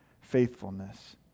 faithfulness